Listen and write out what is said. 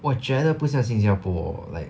我觉得不像新加坡 like